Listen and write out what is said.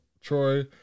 Troy